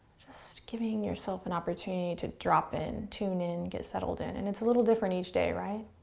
just giving yourself an opportunity to drop in, tun in, get settled in and it's a little different each day, right?